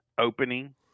opening